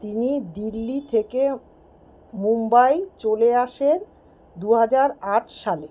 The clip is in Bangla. তিনি দিল্লি থেকে মুম্বাই চলে আসেন দু হাজার আট সালে